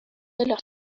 l’heure